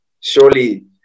surely